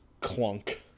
Clunk